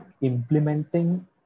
implementing